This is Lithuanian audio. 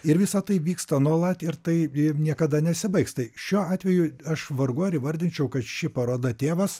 ir visa tai vyksta nuolat ir tai niekada nesibaigs tai šiuo atveju aš vargu ar įvardinčiau kad ši paroda tėvas